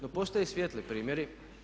No, postoje i svijetli primjeri.